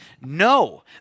No